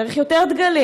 צריך יותר דגלים.